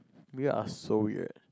you are so weird